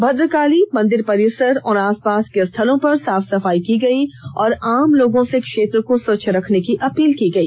भद्रकाली मंदिर परिसर और आसपास के स्थलों पर साफ सफाई की गयी और आम लोगों से क्षेत्र को स्वच्छ रखने की अपील की गई